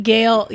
Gail